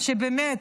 שבאמת,